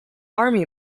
army